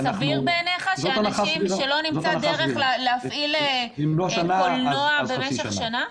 זה סביר בעיניך שלא נמצא דרך להפעיל קולנוע במשך שנה?